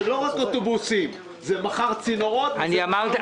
זה לא רק אוטובוסים אלא מחר זה צינורות וכן הלאה.